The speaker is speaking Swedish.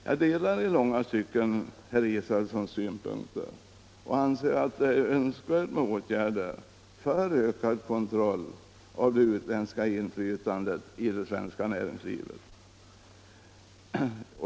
Jag delar i långa stycken herr Israelssons synpunkter, och jag anser att det är önskvärt med åtgärder för ökad kontroll av det utländska inflytandet i det svenska näringslivet.